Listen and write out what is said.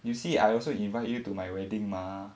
you see I also invite you to my wedding mah